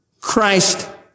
Christ